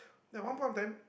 ya one point of time